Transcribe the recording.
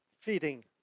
feeding